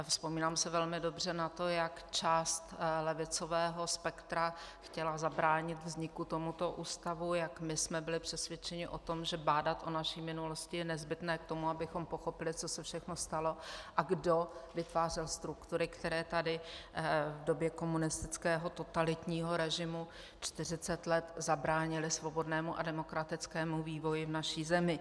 Vzpomínám si velmi dobře na to, jak část levicového spektra chtěla zabránit vzniku tohoto ústavu, jak my jsme byli přesvědčeni o tom, že bádat o naší minulosti je nezbytné k tomu, abychom pochopili, co se všechno stalo a kdo vytvářel struktury, které tady v době komunistického totalitního režimu čtyřicet let bránily svobodnému a demokratickému vývoji v naší zemi.